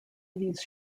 these